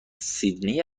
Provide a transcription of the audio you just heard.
سیدنی